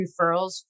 referrals